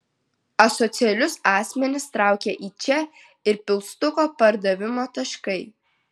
asocialius asmenis traukia į čia ir pilstuko pardavimo taškai